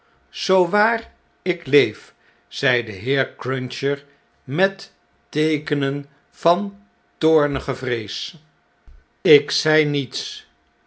zoo waar ik leef zei de heer cruncher met teekenen van toornige vrees ik zei niets